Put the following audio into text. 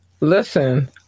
Listen